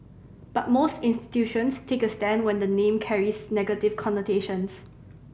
but most institutions take a stand when the name carries negative connotations